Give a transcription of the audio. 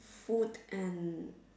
food and